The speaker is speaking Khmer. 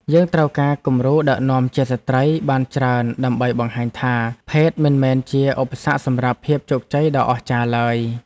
យើងត្រូវការគំរូដឹកនាំជាស្ត្រីឱ្យបានច្រើនដើម្បីបង្ហាញថា ភេទមិនមែនជាឧបសគ្គសម្រាប់ភាពជោគជ័យដ៏អស្ចារ្យឡើយ។